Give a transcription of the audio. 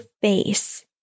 face